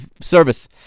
service